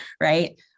Right